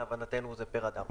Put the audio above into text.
להבנתנו זה פר אדם.